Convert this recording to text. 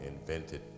invented